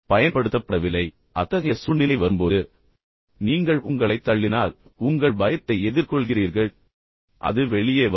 பயன்படுத்தப்படவில்லை ஆனால் அத்தகைய சூழ்நிலை வரும்போது நீங்கள் உங்களைத் தள்ளினால் பின்னர் உங்கள் பயத்தை எதிர்கொள்கிறீர்கள் அது வெளியே வரும்